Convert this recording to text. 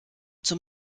zur